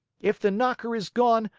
if the knocker is gone,